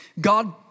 God